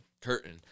Curtain